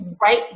right